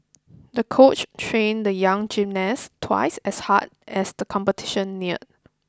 the coach trained the young gymnast twice as hard as the competition neared